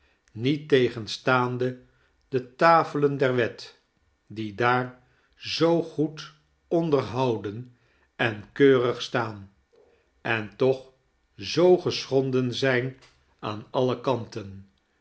niettegenstaande de tafelen der wet die daar zoo goed onderhouden en keurig staan en toch zoo geschcmdein zijn aan alle kan